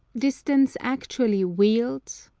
distance actually wheeled,